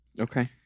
Okay